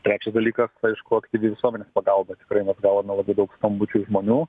trečias dalykas tai aišku aktyvi visuomenės pagalba tikrai mes gavome labai daug skambučių iš žmonių